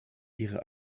ihre